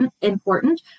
important